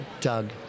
doug